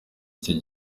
iki